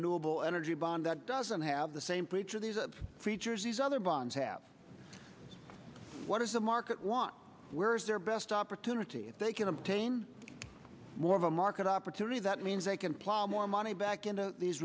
renewable energy bond that doesn't have the same for each of these features these other bonds have what is the market want where is their best opportunity if they can obtain more of a market opportunity that means they can plow more money back into these